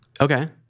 okay